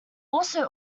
also